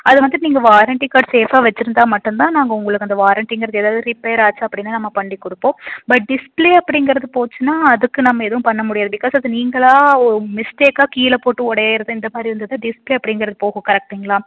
அது வந்துட்டு நீங்கள் வாரண்ட்டி கார்டு சேஃபாக வெச்சுருந்தா மட்டும்தான் நாங்கள் உங்களுக்கு அந்த வாரண்ட்டிங்கிறது ஏதாவுது ரிப்பேர் ஆச்சு அப்படின்னா நம்ம பண்ணி கொடுப்போம் பட் டிஸ்பிளே அப்படிங்கறது போச்சுன்னால் அதுக்கு நம்ம எதுவும் பண்ண முடியாது பிகாஸ் அது நீங்களாக ஒரு மிஸ்டேக்கா கீழே போட்டு உடையிறதுன்ற மாதிரி இருந்ததை டிஸ்பிளே அப்படிங்கிறது போகும் கரெக்டுங்களா